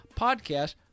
podcast